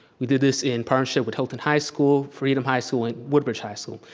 we did this in partnership with hilton high school, freedom high school, and woodbridge high school.